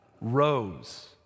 rose